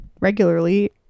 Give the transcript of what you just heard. regularly